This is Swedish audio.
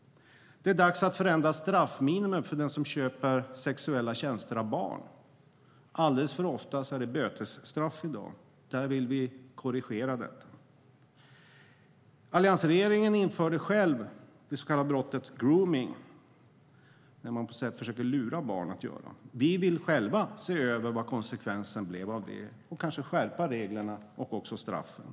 Det är dags att förändra straffminimum för den som köper sexuella tjänster av barn. Alldeles för ofta är det bötesstraff. Vi vill korrigera detta. Alliansregeringen införde själv brottet som kallas gromning, när man försöker lura barn att göra detta. Vi vill själva se över konsekvensen av det och kanske skärpa reglerna och också straffen.